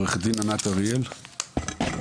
עורכת דין ענת אריאל, בבקשה.